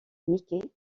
mickey